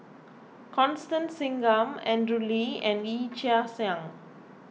Constance Singam Andrew Lee and Yee Chia Hsing